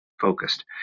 focused